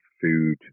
Food